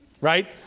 Right